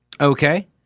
Okay